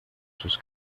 sus